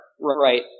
right